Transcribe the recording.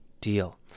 deal